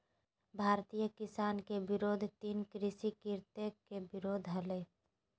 भारतीय किसान के विरोध तीन कृषि कृत्य के विरोध हलय